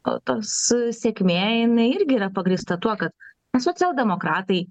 na tas sėkmė jinai irgi yra pagrįsta tuo kad socialdemokratai